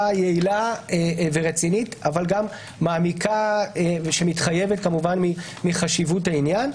יעילה ורצינית אך גם מעמיקה שמתחייבת מחשיבות העניין.